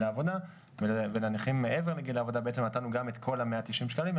העבודה ולנכים מעבר לגיל העבודה בעצם נתנו גם את כל ה-190 שקלים.